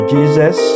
Jesus